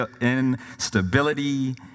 instability